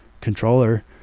controller